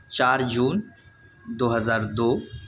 چار جون دو ہزار دو